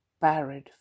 buried